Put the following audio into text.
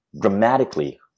dramatically